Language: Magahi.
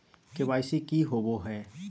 के.वाई.सी की होबो है?